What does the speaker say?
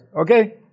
okay